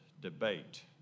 debate